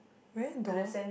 very door